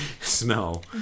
smell